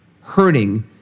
hurting